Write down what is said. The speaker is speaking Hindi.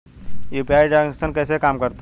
यू.पी.आई ट्रांजैक्शन कैसे काम करता है?